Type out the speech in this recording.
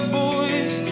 boys